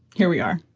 here we are.